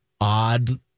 odd